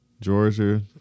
georgia